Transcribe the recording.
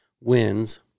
wins